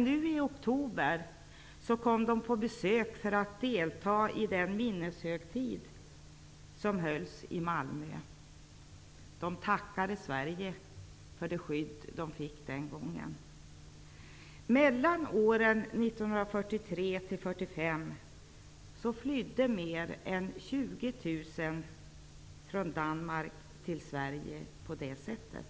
Nu i oktober kom de på besök för att delta i den minneshögtid som hölls i Malmö. De tackade Sverige för det skydd som de fick för 50 år sedan. Mellan åren 1943 och 1945 flydde mer än 20 000 människor från Danmark till Sverige på det här sättet.